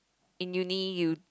in uni you